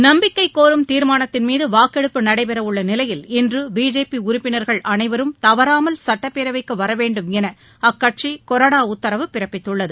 நம்பிக்கை கோரும் தீர்மானத்தின்மீது வாக்கெடுப்பு நடைபெறவுள்ள நிலையில் இன்று பிஜேபி உறுப்பினர்கள் அனைவரும் தவறாமல் சுட்டப்பேரவைக்கு வரவேண்டும் என அக்கட்சி கொறடா உத்தரவு பிறப்பித்துள்ளது